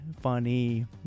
funny